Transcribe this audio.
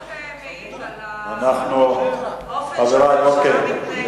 זה בדיוק מעיד על האופן שבו הממשלה מתנהלת.